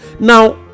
now